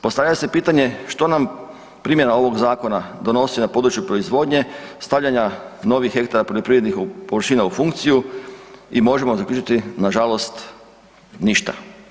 Postavlja se pitanje što nam primjena ovog zakona donosi na području proizvodnje, stavljanja novih hektara poljoprivrednih površina u funkciju i možemo zaključiti, nažalost, ništa.